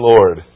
Lord